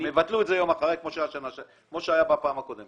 הם יבטלו את זה יום אחרי, כמו שהיה בפעם הקודמת.